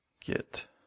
get